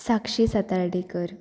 Sakshi Satardekar